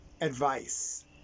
advice